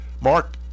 Mark